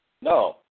No